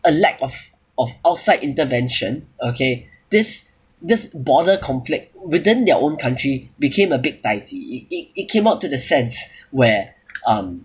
a lack of of outside intervention okay this this border conflict within their own country became a big daiji it it it came up to the sense where um